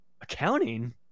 accounting